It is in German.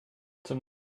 zum